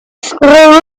screw